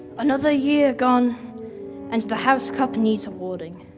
another year gone and the house cup needs awarding.